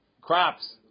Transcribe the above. crops